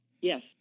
Yes